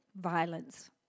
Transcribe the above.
violence